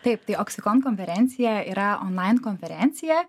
taip tai oksikon konferencija yra online konferencija